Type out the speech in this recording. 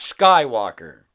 Skywalker